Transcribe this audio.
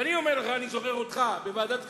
אני אומר לך, אני זוכר אותך בוועדת הכספים,